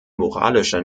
moralischer